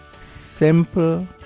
simple